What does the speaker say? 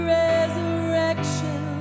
resurrection